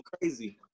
crazy